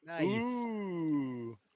Nice